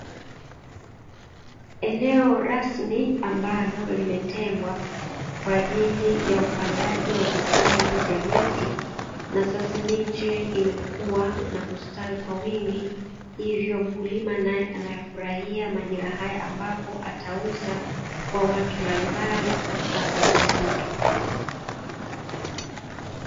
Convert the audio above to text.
Eneo rasmi ambalo limetengwa kwa ajili ya upandaji vitalu vya miti, na sasa miche imekuwa na kustawi kwa wingi, hivyo naye mkulima anafurahia majira haya ambapo atauza kwa watu mbalimbali hasa wa misitu.